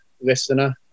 listener